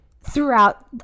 throughout